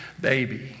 baby